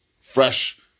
fresh